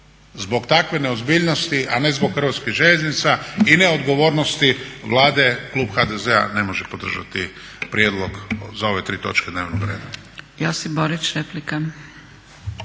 zbog takve neozbiljnosti, a ne zbog Hrvatskih željeznica i neodgovornosti Vlade klub HDZ-a ne može podržati prijedlog za ove tri točke dnevnog reda.